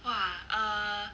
!wah! err